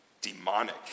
Demonic